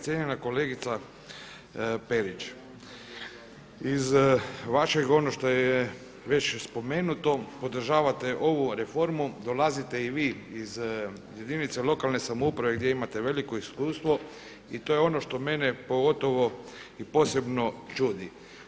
Cijenjena kolegica Perić, iz vašeg onog što je već spomenuto podražavate ovu reformu, dolazit i vi iz jedinice lokalne samouprave gdje imate veliko iskustvo i to je ono što mene pogotovo i posebno čudi.